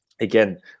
again